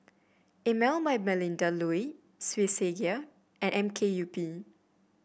Emel by Melinda Looi Swissgear and M K U P